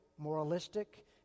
moralistic